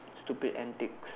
stupid antics